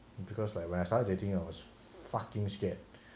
because like when I started dating I was fucking scared